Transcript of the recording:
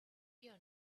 you